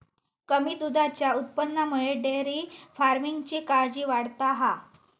कमी दुधाच्या उत्पादनामुळे डेअरी फार्मिंगची काळजी वाढता हा